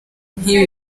nk’ibi